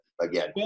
again